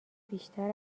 بیشتر